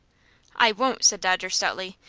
i won't! said dodger, stoutly.